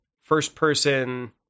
first-person